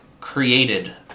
created